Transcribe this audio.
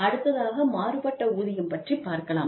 அடுத்ததாக மாறுபட்ட ஊதியம் பற்றி பார்க்கலாம்